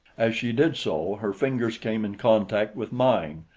as she did so, her fingers came in contact with mine,